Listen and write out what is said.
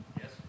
Yes